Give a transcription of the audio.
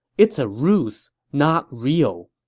it's a ruse, not real.